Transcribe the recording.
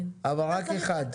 אבל רק אחד.